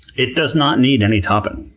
it does not need any topping.